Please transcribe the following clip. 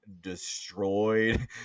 destroyed